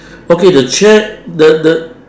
okay the chair the the